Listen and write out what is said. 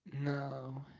No